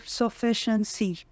sufficiency